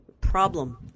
problem